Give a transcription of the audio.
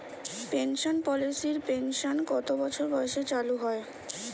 Pension পলিসির pension কত বছর বয়সে চালু হয়?